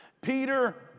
Peter